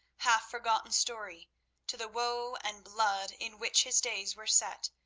half-forgotten story to the woe and blood in which his days were set,